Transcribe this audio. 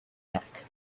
rack